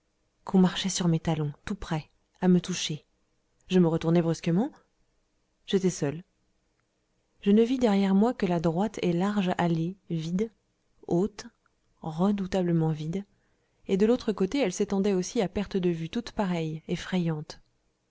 qu'on marchait sur mes talons tout près tout près à me toucher je me retournai brusquement j'étais seul je ne vis derrière moi que la droite et large allée vide haute redoutablement vide et de l'autre côté elle s'étendait aussi à perte de vue toute pareille effrayante